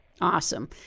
Awesome